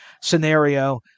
scenario